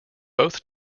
both